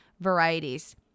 varieties